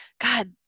God